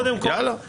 קודם כל אין,